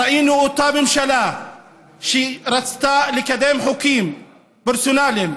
ראינו שכשאותה ממשלה רצתה לקדם חוקים פרסונליים